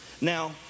Now